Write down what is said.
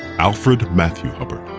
alfred matthew hubbard.